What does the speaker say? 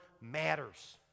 matters